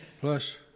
plus